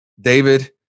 David